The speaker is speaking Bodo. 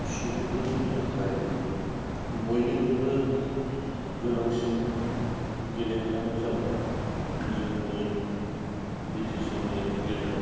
सुबुंफोरनि थाखाय बयनिख्रुइबो गोनांसिन गेलेनायानो जाबाय जोंनि बि टि सि नि गेजेराव